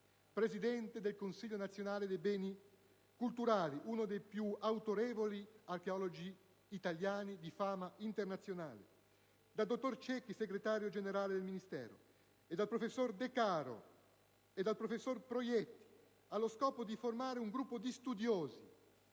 presidente del Consiglio nazionale dei beni culturali nonché uno dei più autorevoli archeologi italiani, di fama internazionale, e formato dal dottor Cecchi, segretario generale del Ministero, dal professor De Caro e dal professor Proietti, allo scopo di formare un gruppo di studiosi